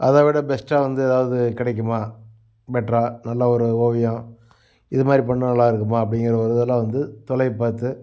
அதைவிட பெஸ்ட்டாக வந்து ஏதாவது கிடைக்குமா பெட்டரா நல்ல ஒரு ஓவியம் இதுமாதிரி பண்ணால் நல்லா இருக்குமா அப்படிங்கிற ஒரு இதெல்லாம் வந்து துலவிப்பாத்து